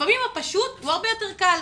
לפעמים הפשוט הוא הרבה יותר קל.